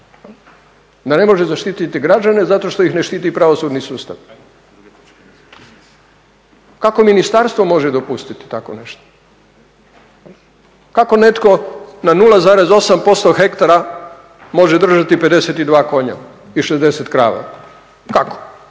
da ne može zaštititi građane zato što ih ne štiti pravosudni sustav. Kako ministarstvo može dopustiti tako nešto? Kako netko na 0,8% hektara može držati 52 konja i 60 krava? Kako?